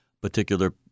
particular